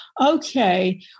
okay